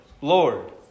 Lord